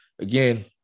again